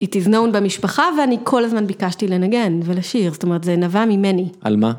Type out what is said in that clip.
It is known במשפחה ואני כל הזמן ביקשתי לנגן ולשיר, זאת אומרת זה נבע ממני. על מה?